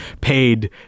paid